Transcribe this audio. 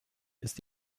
ist